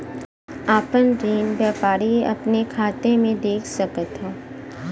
आपन ऋण व्यापारी अपने खाते मे देख सकत हौ